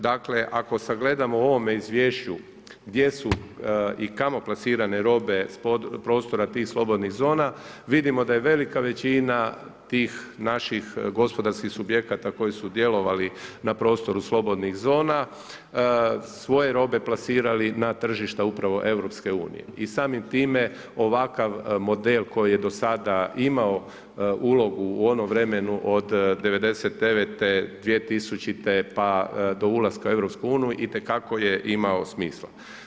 Dakle, ako sagledamo u ovome izvješću gdje su i kamo plasirane robe prostora tih slobodnih zona, vidimo da je velika većina tih naših gospodarskih subjekata koji su djelovali na prostoru slobodnih zona svoje robe plasirali na tržište upravo EU-a i samim time ovakav model koji je dosada imao ulogu u onom vremenu od '99., 2000., pa do ulaska u EU, itekako je imao smisla.